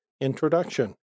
Introduction